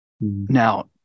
Now